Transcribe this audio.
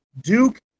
Duke